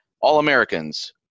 All-Americans